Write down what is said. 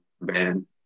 Ben